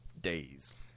days